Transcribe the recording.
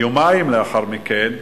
יומיים לאחר מכן,